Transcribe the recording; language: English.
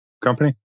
company